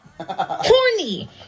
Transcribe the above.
Horny